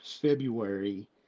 February